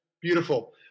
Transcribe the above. Beautiful